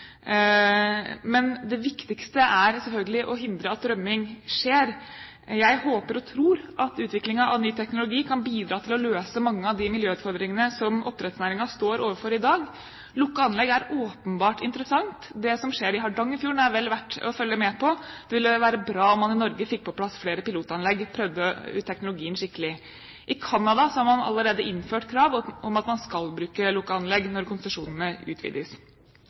Men det viktigste er selvfølgelig å hindre at rømming skjer. Jeg håper og tror at utviklingen av ny teknologi kan bidra til å løse mange av de miljøutfordringene som oppdrettsnæringen står overfor i dag. Lukkede anlegg er åpenbart interessant. Det som skjer i Hardangerfjorden, er vel verdt å følge med på. Det ville være bra om man i Norge fikk på plass flere pilotanlegg og prøvde ut teknologien skikkelig. I Canada har man allerede innført krav om at man skal bruke lukkede anlegg når konsesjonene utvides.